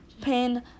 pen